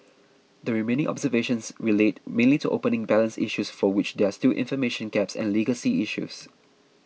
the remaining observations relate mainly to opening balance issues for which there are still information gaps and legacy issues